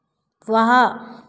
वाह